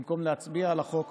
במקום להצביע על החוק